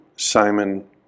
Simon